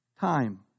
time